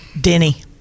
denny